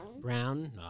Brown